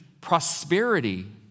prosperity